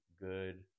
good